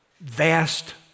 vast